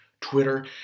Twitter